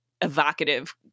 evocative